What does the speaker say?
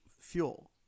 fuel